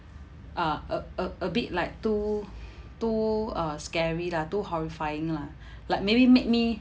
uh a a a bit like too too uh scary lah too horrifying lah like maybe make me